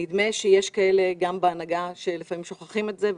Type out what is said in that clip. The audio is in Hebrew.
נדמה שיש כאלה גם בהנהגה שלפעמים שוכחים את זה.